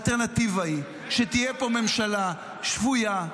האלטרנטיבה היא שתהיה פה ממשלה ------- שפויה,